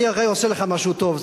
אני הרי עושה לך משהו טוב.